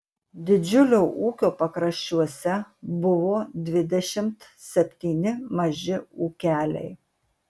didžiulio ūkio pakraščiuose buvo dvidešimt septyni maži ūkeliai